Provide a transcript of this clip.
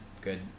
good